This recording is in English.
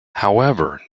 however